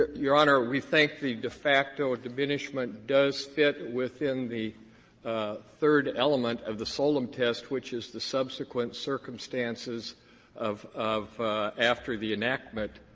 your honor, we think the de facto diminishment does fit within the ah third element of the solem test, which is the subsequent circumstances of of after the enactment.